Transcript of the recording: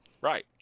Right